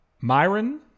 Myron